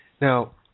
Now